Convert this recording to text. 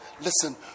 listen